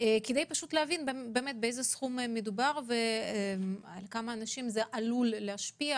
כדי להבין באיזה סכום מדובר ועל כמה אנשים זה עלול להשפיע.